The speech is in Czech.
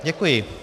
Děkuji.